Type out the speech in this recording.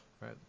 Right